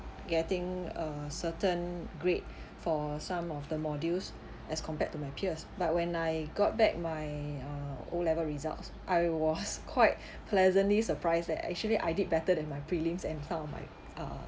getting a certain grade for some of the modules as compared to my peers but when I got back my uh O level results I was quite pleasantly surprised that actually I did better than my prelims and some of my uh